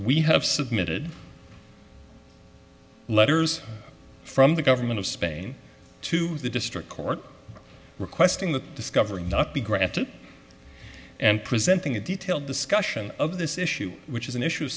we have submitted letters from the government of spain to the district court requesting the discovery not be granted and presenting a detailed discussion of this issue which is an issue